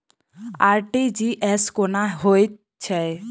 RTGS कोना होइत छै?